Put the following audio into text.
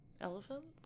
Elephants